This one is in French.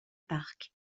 park